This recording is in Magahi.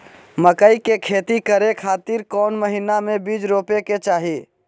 मकई के खेती करें खातिर कौन महीना में बीज रोपे के चाही?